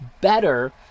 better